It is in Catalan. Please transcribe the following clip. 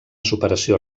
superació